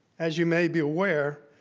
as you may be aware,